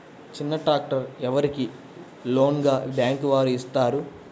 చిన్న ట్రాక్టర్ ఎవరికి లోన్గా బ్యాంక్ వారు ఇస్తారు?